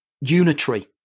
unitary